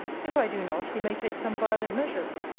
if i do not, he may take some violent measures.